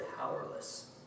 powerless